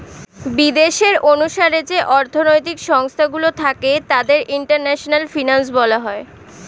বিদেশের অনুসারে যে অর্থনৈতিক সংস্থা গুলো থাকে তাদের ইন্টারন্যাশনাল ফিনান্স বলা হয়